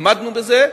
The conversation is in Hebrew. עמדנו בזה,